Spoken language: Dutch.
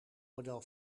model